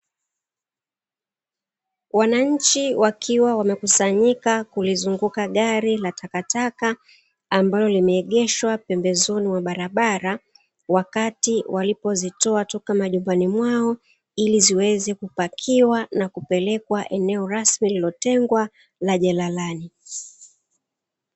Wananchi wakiwa wamekusanyika kulizunguka gari la takataka, ambalo limeegeshwa pembezoni mwa barabara wakati walipozitoa toka majumbani mwao ili ziweze kupakiwa na kupelekwa eneo rasmi lililotengwa la jalalani.